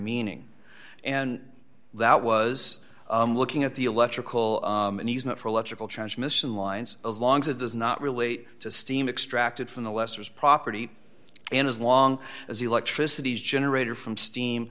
meaning and that was looking at the electrical and easement for electrical transmission lines as long as it does not relate to steam extracted from the lessers property and as long as the electricity is generated from steam